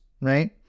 right